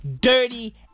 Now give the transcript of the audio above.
dirty